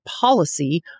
policy